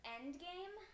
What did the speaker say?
Endgame